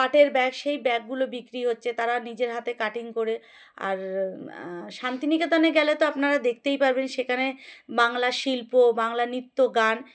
পাটের ব্যাগ সেই ব্যাগগুলো বিক্রি হচ্ছে তারা নিজের হাতে কাটিং করে আর শান্তিনিকেতনে গেলে তো আপনারা দেখতেই পারবেন সেখানে বাংলা শিল্প বাংলা নৃত্য গান